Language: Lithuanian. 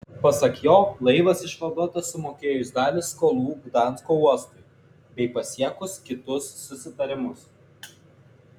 pasak jo laivas išvaduotas sumokėjus dalį skolų gdansko uostui bei pasiekus kitus susitarimus